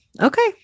Okay